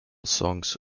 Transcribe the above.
songs